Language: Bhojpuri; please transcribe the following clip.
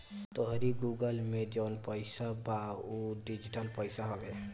तोहरी गूगल पे में जवन पईसा बा उ डिजिटल पईसा हवे